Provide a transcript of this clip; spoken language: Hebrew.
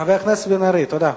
חבר הכנסת בן-ארי, תודה.